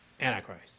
Antichrist